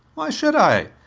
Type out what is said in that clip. why should i?